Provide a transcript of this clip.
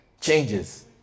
Changes